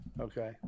Okay